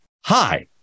hi